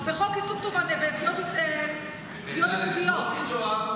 בחוק תביעות ייצוגיות.